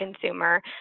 consumer